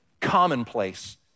commonplace